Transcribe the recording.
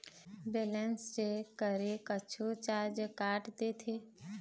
Balance check करें कुछू charge काट देथे?